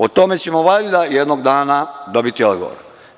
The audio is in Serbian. O tome ćemo valjda jednog dana dobiti odgovor.